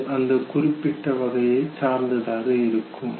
அது அந்த குறிப்பிட்ட வகையைச் சார்ந்ததாக இருக்கும்